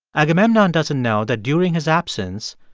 agamemnon doesn't know that, during his absence,